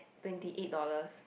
twenty eight dollars